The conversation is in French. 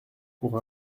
pour